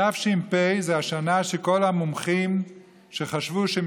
תש"ף זו השנה שכל המומחים שחשבו שהם